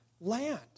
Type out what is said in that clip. land